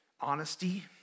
honesty